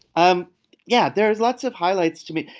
um yeah. there is lots of highlights to me.